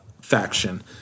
faction